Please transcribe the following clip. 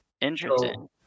Interesting